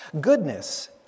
goodness